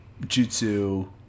jutsu